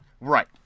right